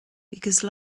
because